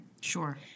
Sure